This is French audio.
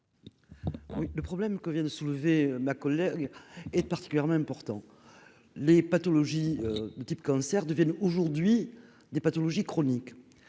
le problème que vient de soulever ma collègue est particulièrement important, les pathologies de type cancer deviennent aujourd'hui des pathologies chroniques